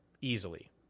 easily